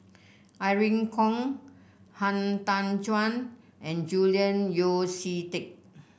Irene Khong Han Tan Juan and Julian Yeo See Teck